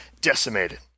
decimated